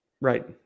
right